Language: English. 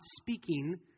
speaking